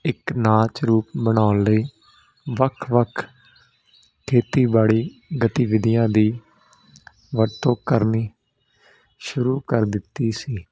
ਇੱਕ ਨਾਚ ਰੂਪ ਬਣਾਉਣ ਲਈ ਵੱਖ ਵੱਖ ਖੇਤੀਬਾੜੀ ਗਤੀਵਿਧੀਆਂ ਦੀ ਵਰਤੋਂ ਕਰਨੀ ਸ਼ੁਰੂ ਕਰ ਦਿੱਤੀ ਸੀ